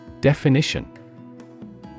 DEFINITION